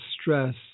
stress